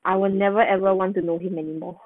I will never ever want to know him anymore